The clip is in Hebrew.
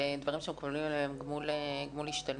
בדברים שמקבלים עליהם גמול השתלמות.